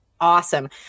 awesome